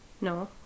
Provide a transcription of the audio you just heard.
No